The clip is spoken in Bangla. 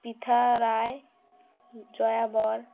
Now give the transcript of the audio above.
পৃথা রায় জয়া বর